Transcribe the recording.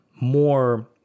more